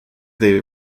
they